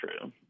true